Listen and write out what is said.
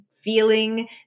feeling